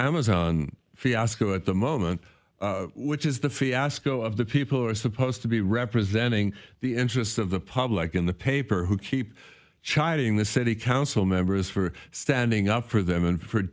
amazon fiasco at the moment which is the fiasco of the people who are supposed to be representing the interests of the public in the paper who keep chiding the city council members for standing up for them and for